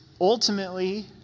Ultimately